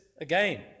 again